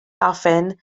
often